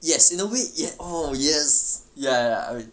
yes in a way yet oh yes ya ya ya I mean